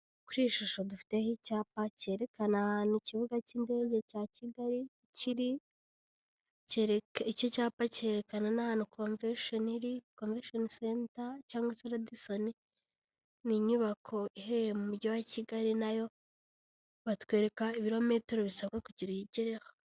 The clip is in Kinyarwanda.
Kuri iyi shusho dufiteho icyapa cyerekana ahantu ikibuga cy'indege cya Kigali kiri. Iki cyapa cyerekana n'ahantu Konvesheni, Konvesheni senta cyangwa se Radisson, ni inyubako iherereye mu mujyi wa Kigali na yo, batwereka ibirometero bisabwa kugira uyigereho.